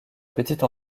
petite